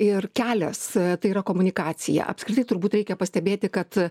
ir kelias tai yra komunikacija apskritai turbūt reikia pastebėti kad